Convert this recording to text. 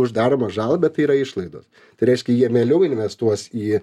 už daromą žalą bet tai yra išlaidos tai reiškia jie mieliau investuos į